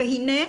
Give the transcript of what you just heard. והנה,